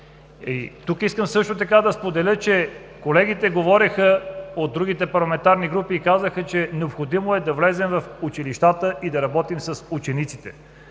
така искам да споделя, че колегите от другите парламентарни групи казаха, че е необходимо да влезем в училищата и да работим с учениците.